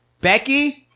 Becky